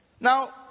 Now